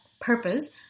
purpose